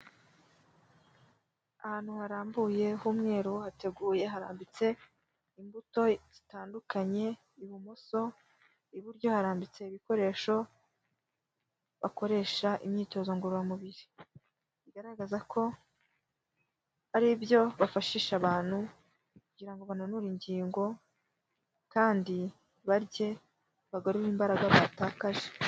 Ahantu harambuye h'umweru hateguye harambitse imbuto zitandukanye, ibumoso, iburyo harambitse ibikoresho bakoresha imyitozo ngororamubiri, bigaragaza ko ari ibyo bafashisha abantu kugira ngo bananure ingingo kandi barye bagarure imbaraga batakaje.